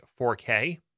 4K